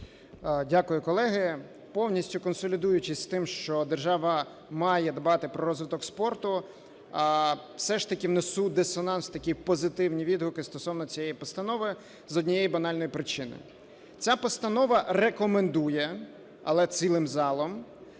Дякую, колеги. Повністю консолідуючись з тим, що держава має дбати про розвиток спорту, все ж таки внесу дисонанс в такі позитивні відгуки стосовно цієї постанови, з однієї банальної причини. Ця постанова рекомендує, але цілим залом,